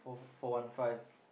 four one five